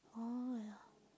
oh yeah